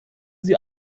sie